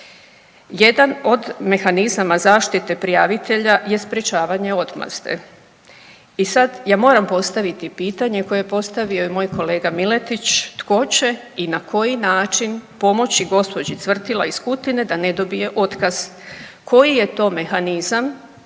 Jedan od mehanizama zaštite prijavitelja je sprječavanje odmazde. I sad ja moram postaviti pitanje koje je postavio i moj kolega Miletić tko će i na koji način pomoći gospođi Cvrtila iz Kutine da ne dobije otkaz? Koji je to mehanizam